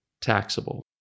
taxable